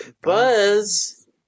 buzz